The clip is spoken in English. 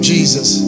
Jesus